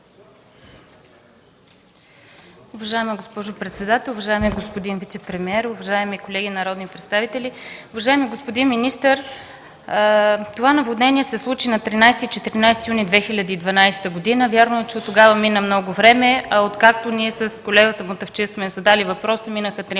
Уважаема госпожо председател, уважаеми господин вицепремиер, уважаеми колеги народни представители, уважаеми господин министър! Това наводнение се случи на 13 и 14 юни 2012 г. Вярно е, че оттогава мина много време, а откакто ние с колегата Мутафчиев сме задали въпроса, минаха три